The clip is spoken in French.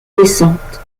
naissante